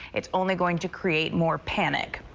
it's only going to create more panic.